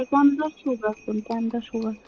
کمہِ دۄہ چھو گژھُن کمہِ دۄہ چھو گژھُن